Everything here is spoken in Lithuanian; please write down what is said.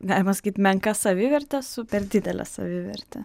galima sakyti menka savivertė su per didele saviverte